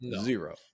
Zero